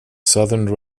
southern